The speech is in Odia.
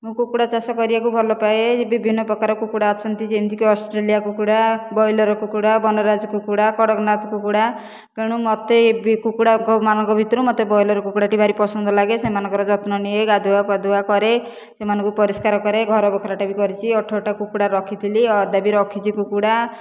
ମୁଁ କୁକୁଡ଼ା ଚାଷ କରିବାକୁ ଭଲ ପାଏ ବିଭିନ୍ନ ପ୍ରକାରର କୁକୁଡ଼ା ଅଛନ୍ତି ଯେମିତିକି ଅଷ୍ଟ୍ରେଲିଆ କୁକୁଡ଼ା ବ୍ରଇଲର୍ କୁକୁଡ଼ା ବନରାଜ କୁକୁଡ଼ା କଡ଼କନାଥ କୁକୁଡ଼ା ତେଣୁ ମୋତେ ବି କୁକୁଡ଼ାଙ୍କ ମାନଙ୍କ ଭିତରୁ ମୋତେ ବ୍ରଇଲର୍ କୁକୁଡ଼ାଟି ଭାରି ପସନ୍ଦ ଲାଗେ ସେମାନଙ୍କର ଯତ୍ନ ନିଏ ଗାଧୁଆ ପାଧୁଆ କରେ ସେମାନଙ୍କୁ ପରିଷ୍କାର କରେ ଘର ବଖରାଟେ ବି କରିଚି ଅଠରଟା କୁକୁଡ଼ା ରଖିଥିଲି ଆଉ ଏବେ ବି ରଖିଛି କୁକୁଡ଼ା